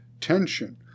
tension